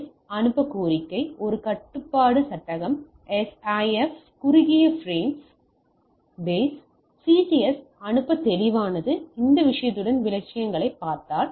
S அனுப்ப கோரிக்கை ஒரு கட்டுப்பாட்டு சட்டகம் SIF குறுகிய பிரேம்ஸ்பேஸ் CTS அனுப்ப தெளிவானது இந்த விஷயத்துடன் விஷயங்களைப் பார்த்தால்